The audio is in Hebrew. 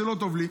שלא טוב לי.